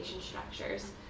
structures